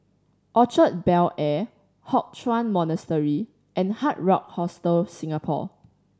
Orchard Bel Air Hock Chuan Monastery and Hard Rock Hostel Singapore